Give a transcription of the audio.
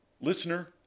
Listener